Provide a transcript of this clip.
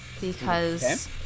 because-